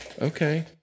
Okay